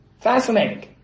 Fascinating